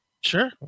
Sure